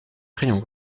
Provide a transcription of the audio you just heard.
crayon